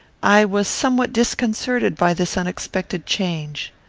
i was somewhat disconcerted by this unexpected change.